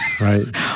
Right